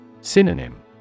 Synonym